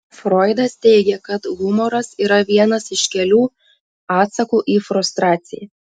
froidas teigė kad humoras yra vienas iš kelių atsakų į frustraciją